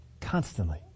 Constantly